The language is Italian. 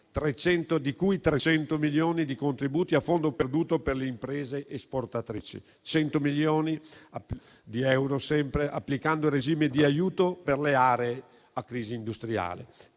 di cui 300 milioni di contributi a fondo perduto per le imprese esportatrici, 100 milioni di euro per applicare il regime di aiuto per le aree a crisi industriale,